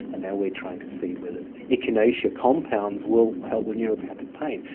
and now we're trying to see whether echinacea compounds will help with neuropathic pain.